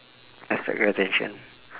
attract your attention